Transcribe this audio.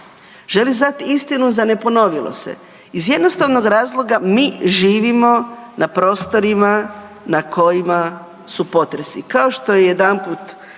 Želi znat istinu za ne ponovilo se. Iz jednostavnog razloga mi živimo na prostorima na kojima su potresi.